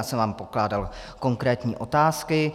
Já jsem vám pokládal konkrétní otázky.